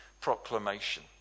proclamation